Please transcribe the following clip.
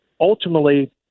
ultimately